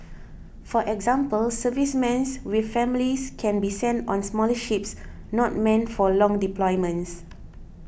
for example servicemens with families can be sent on smaller ships not meant for long deployments